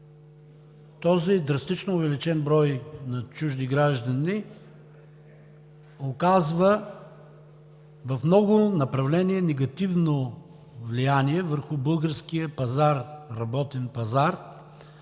Този драстично увеличен брой на чужди граждани в много направления оказва негативно влияние върху българския работен пазар